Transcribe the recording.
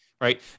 right